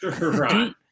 Right